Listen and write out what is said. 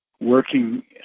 working